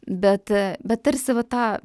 bet bet tarsi va ta